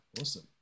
awesome